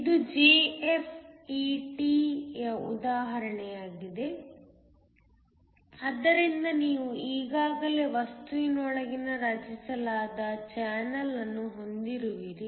ಇದು JFET ಯ ಉದಾಹರಣೆಯಾಗಿದೆ ಆದ್ದರಿಂದ ನೀವು ಈಗಾಗಲೇ ವಸ್ತುವಿನೊಳಗೆ ರಚಿಸಲಾದ ಚಾನಲ್ ಅನ್ನು ಹೊಂದಿರುವಿರಿ